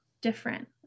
different